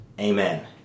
amen